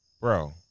Bro